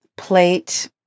plate